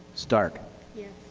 stark yes.